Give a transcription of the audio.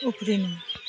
उफ्रिनु